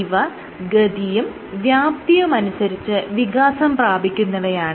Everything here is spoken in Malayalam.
ഇവ ഗതിയും വ്യാപ്തിയും അനുസരിച്ച് വികാസം പ്രാപിക്കുന്നവയാണ്